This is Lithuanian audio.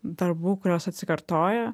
darbų kurios atsikartoja